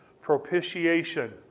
propitiation